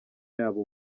yabo